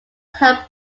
help